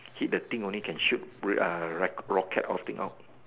hit the thing can only shoot rocket rocket thing out